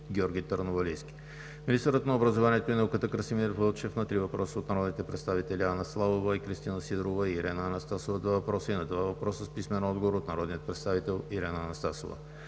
Георги Търновалийски; - министърът на образованието и науката Красимир Вълчев – на три въпроса от народните представители Анна Славова и Кристина Сидорова; и Ирена Анастасова – два въпроса; и на два въпроса с писмен отговор от народния представител Ирена Анастасова;